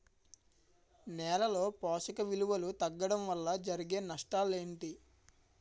నేలలో పోషక విలువలు తగ్గడం వల్ల జరిగే నష్టాలేంటి?